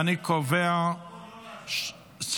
ואני קובע שחוק,